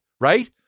Right